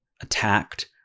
attacked